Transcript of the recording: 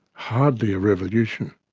hardly a revolution.